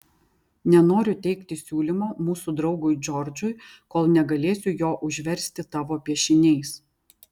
nenoriu teikti siūlymo mūsų draugui džordžui kol negalėsiu jo užversti tavo piešiniais